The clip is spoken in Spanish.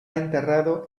enterrado